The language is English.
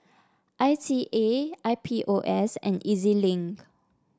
I C A I P O S and E Z Link